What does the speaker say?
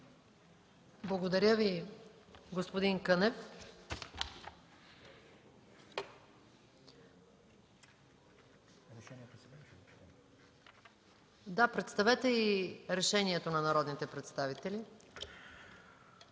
Благодаря Ви, господин Кънев. Представете и решението на народните представители.